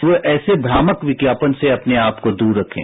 तो ऐसे भ्रामक विज्ञापन से अपने आपको दूर रखें